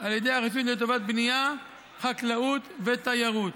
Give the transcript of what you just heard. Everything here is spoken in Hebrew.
על ידי הרשות לטובת בנייה, חקלאות ותיירות.